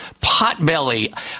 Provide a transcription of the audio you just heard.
potbelly